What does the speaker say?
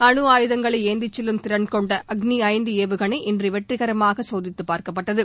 அனு ஆயுதங்களை ஏந்திச்செல்லும் திறன்கொண்ட அக்ளி ஐந்து ஏவுகனை இன்று வெற்றிகரமாக சோதித்துப் பார்க்கப்பட்டது